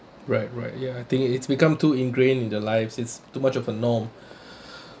right right ya I think it's become too ingrained in the lives it's too much of a norm